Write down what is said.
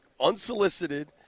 unsolicited